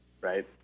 Right